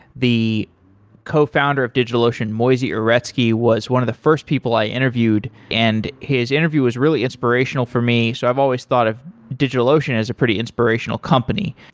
the cofounder of digitalocean, moisey uretsky, was one of the first people i interviewed, and his interview was really inspirational for me. so i've always thought of digitalocean as a pretty inspirational company.